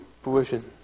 fruition